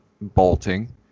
bolting